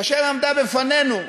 עמדה בפנינו,